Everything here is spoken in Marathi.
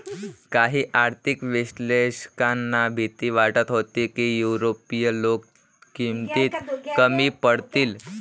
काही आर्थिक विश्लेषकांना भीती वाटत होती की युरोपीय लोक किमतीत कमी पडतील